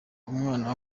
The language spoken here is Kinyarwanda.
umwana